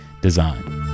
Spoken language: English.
Design